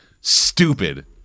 stupid